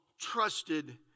trusted